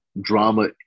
drama